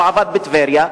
והוא עבד בטבריה.